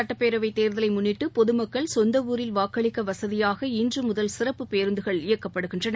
சுட்டப்பேரவைத் தேர்தலை முன்னிட்டு பொது மக்கள் சொந்த ஊரில் வாக்களிக்க வசதியாக இன்றுமுதல் சிறப்புப் பேருந்துகள் இயக்கப்படுகின்றன